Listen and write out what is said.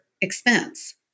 expense